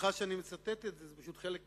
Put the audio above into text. וסליחה שאני מצטט את זה, זה פשוט חלק מהקונטקסט,